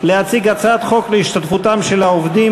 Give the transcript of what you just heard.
להציג את הצעת חוק להשתתפותם של העובדים,